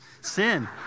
sin